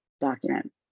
document